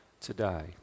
today